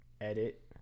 edit